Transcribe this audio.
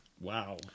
Wow